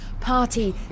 party